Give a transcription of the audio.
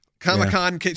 Comic-Con